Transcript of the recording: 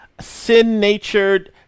Sin-natured